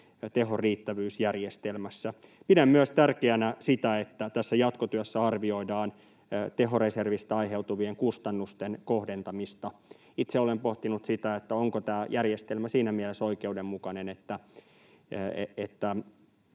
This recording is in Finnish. tehon riittävyys järjestelmässä. Pidän tärkeänä myös sitä, että jatkotyössä arvioidaan tehoreservistä aiheutuvien kustannusten kohdentamista. Itse olen pohtinut sitä, onko tämä järjestelmä siinä mielessä oikeudenmukainen, että